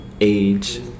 age